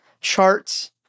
charts